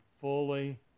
fully